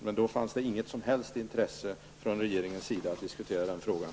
Men då fanns det inget som helst intresse från regeringens sida att diskutera den frågan.